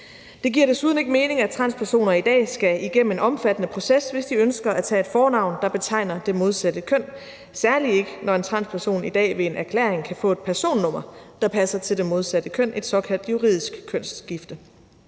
Det giver desuden ikke mening, at transpersoner i dag skal igennem en omfattende proces, hvis de ønsker at tage et fornavn, der betegner det modsatte køn, særlig ikke når en transperson i dag ved en erklæring kan få et personnummer, der passer til det modsatte køn, et såkaldt juridisk kønsskifte.